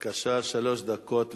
בבקשה, שלוש דקות לרשותך.